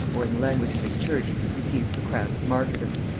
or, in the language of his church, received the crown of martyrdom.